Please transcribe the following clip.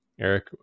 Eric